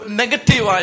negative